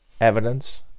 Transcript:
Evidence